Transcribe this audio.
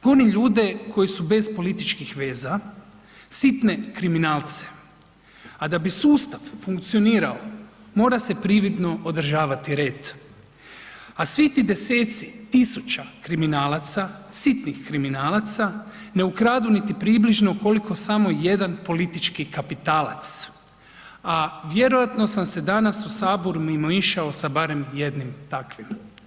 Goni ljude koji su bez političkih veza, sitne kriminalce, a da bi sustav funkcionirao mora se prividno održavati red, a svi ti 10-ci tisuća kriminalaca, sitnih kriminalaca ne ukradu niti približno koliko samo jedan politički kapitalac, a vjerojatno sam se danas u saboru mimoišao sa barem jednim takvim.